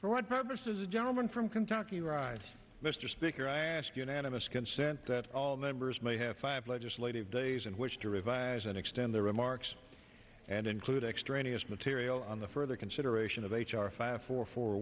what purposes the gentleman from kentucky ride mr speaker i ask unanimous consent that all members may have five legislative days in which to revise and extend their remarks and include extraneous material on the further consideration of h r five four fo